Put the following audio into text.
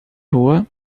rua